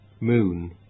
Moon